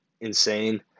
insane